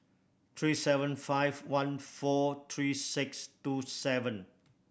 three seven five one four three six two seven